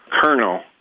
colonel